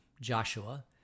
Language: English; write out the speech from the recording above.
Joshua